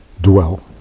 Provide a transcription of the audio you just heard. dwell